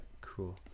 cool